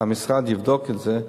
המשרד יבדוק את זה.